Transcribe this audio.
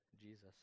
Jesus